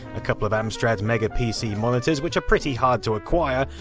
a couple of amstrad mega pc monitors, which are pretty hard to acquire,